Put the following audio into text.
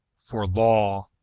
for law,